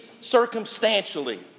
circumstantially